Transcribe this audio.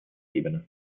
ebene